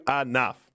enough